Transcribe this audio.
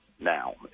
now